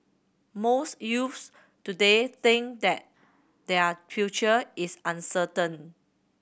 most youths today think that their future is uncertain